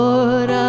Lord